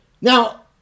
Now